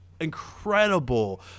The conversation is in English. incredible